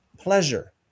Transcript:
pleasure